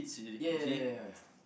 ya ya ya ya ya